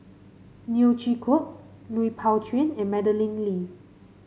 Neo Chwee Kok Lui Pao Chuen and Madeleine Lee